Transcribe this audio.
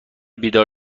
بیدار